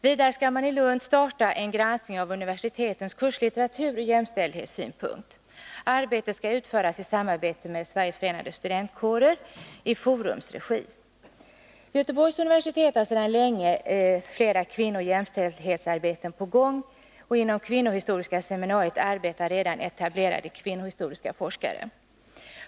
Vidare skall man i Lund starta en granskning av universitetets kurslitteratur ur jämställdhetssynpunkt. Arbetet skall utföras i samarbete med Sveriges förenade studentkårer i Forums regi. Göteborgs universitet har sedan länge flera kvinnooch jämställdhetsarbeten på gång. Inom kvinnohistoriska seminariet arbetar redan etablerade kvinnohistoriska forskare.